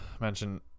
mention